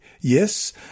yes